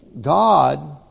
God